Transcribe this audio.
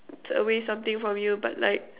away something from you but like